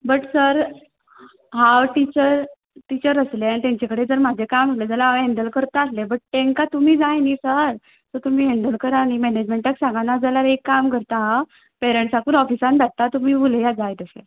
but sir हांव teacher teacher आसलें आनी तेंचे कडेन जर म्हजें काम आसलें जाल्यार हांव हँडल करता आसलें बट तांकां तुमी जाय न्हय सर सो तुमी हँडल करात न्हय मॅनेजमँटाक सांगां नाजाल्यार एक काम करतां हांव पॅरण्साकूच ऑफिसान धाडटा तुमी उलया जाय तशे